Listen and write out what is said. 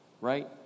right